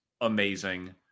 amazing